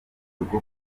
rwo